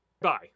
Bye